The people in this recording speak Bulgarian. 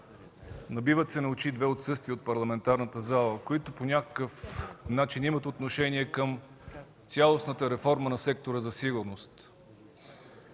Набиват се на очи две отсъствия от парламентарната зала, които по някакъв начин имат отношение към цялостната реформа на сектора за сигурност.